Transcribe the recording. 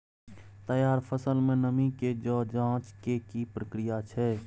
तैयार फसल में नमी के ज जॉंच के की प्रक्रिया छै?